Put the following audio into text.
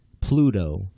Pluto